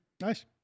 Nice